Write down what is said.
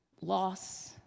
loss